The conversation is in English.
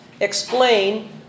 explain